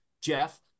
Jeff